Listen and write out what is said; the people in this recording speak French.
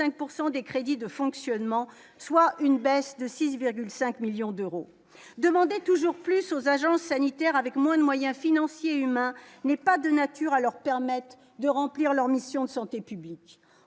des crédits de fonctionnement, soit une baisse de 6,5 millions d'euros demander toujours plus aux agences sanitaires avec moins de moyens financiers et humains n'est pas de nature à leur permettent de remplir leur mission de santé publique,